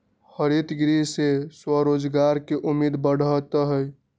हरितगृह से स्वरोजगार के उम्मीद बढ़ते हई